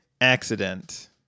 accident